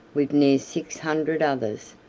with near six hundred others,